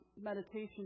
meditation